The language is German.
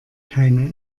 keine